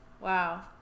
Wow